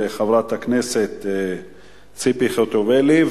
לחברת הכנסת ציפי חוטובלי,